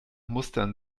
mustern